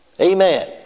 Amen